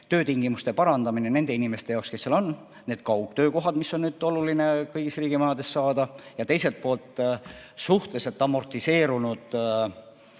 töötingimuste parandamine nende inimeste jaoks, kes seal on – need kaugtöökohad on oluline kõigis riigimajades saada. Ja teiselt poolt on suhteliselt amortiseerunud